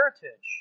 heritage